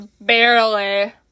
barely